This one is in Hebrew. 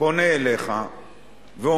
פונה אליך ואומר: